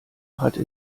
hatte